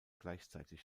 gleichzeitig